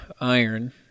iron